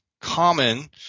common